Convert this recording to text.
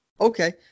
Okay